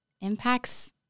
impacts